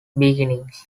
beginnings